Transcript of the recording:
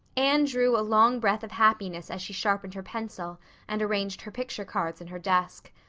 anne drew a long breath of happiness as she sharpened her pencil and arranged her picture cards in her desk.